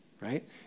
right